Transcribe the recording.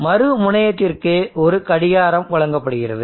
மற்ற முனையத்திற்கு ஒரு கடிகாரம் வழங்கப்படுகிறது